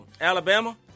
Alabama